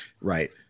Right